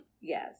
Yes